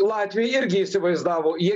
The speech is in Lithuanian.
latviai irgi įsivaizdavo jie